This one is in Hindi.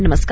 नमस्कार